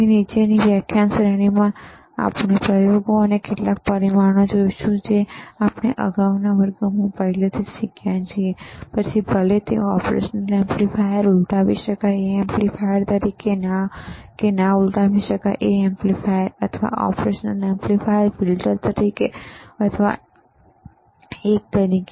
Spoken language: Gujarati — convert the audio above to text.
તેથી નીચેની વ્યાખ્યાન શ્રેણીમાં આપણે પ્રયોગો અને કેટલાક પરિમાણો જોઈશું જે આપણે અગાઉના વર્ગોમાં પહેલેથી જ શીખ્યા છીએ પછી ભલે તે ઑપરેશનલ એમ્પ્લીફાયર ઉલટાવી શકાય એ એમ્પ્લીફાયર તરીકે હોય કે ના ઉલટાવી શકાય એમ્પ્લીફાયર અથવા ઓપરેશન એમ્પ્લીફાયર ફિલ્ટર તરીકે અથવા એક તરીકે